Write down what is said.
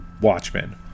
watchmen